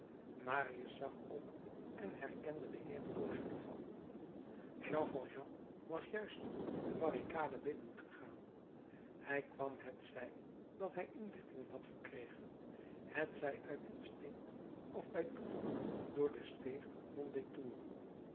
marius zag op en herkende den heer fauchelevent jean valjean was juist de barricade binnengegaan hij kwam hetzij dat hij inlichtingen had verkregen hetzij uit instinct of bij toeval door de steeg